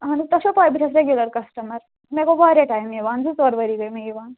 اَہَن حظ تۄہہِ چھَو پَے بہٕ چھَس ریگیوٗلر کسٹٕمر مےٚ گوٚو وارِیاہ ٹایِم یِوان زٕ ژور ؤری گٔے مےٚ یِوان